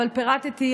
אבל פירטתי.